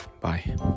Bye